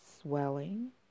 swelling